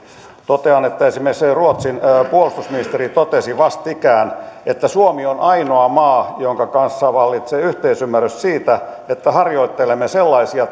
totean että esimerkiksi ruotsin puolustusministeri totesi vastikään että suomi on ainoa maa jonka kanssa vallitsee yhteisymmärrys siitä että harjoittelemme sellaisia